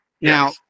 Now